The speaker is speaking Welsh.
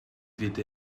fyd